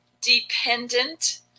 dependent